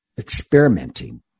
experimenting